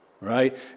right